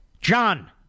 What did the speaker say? John